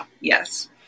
yes